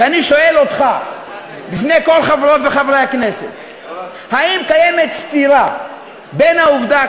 ואני שואל אותך לפני כל חברות וחברי הכנסת: האם קיימת סתירה בין העובדה,